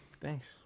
Thanks